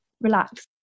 relax